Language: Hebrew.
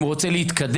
אם הוא רוצה להתקדם.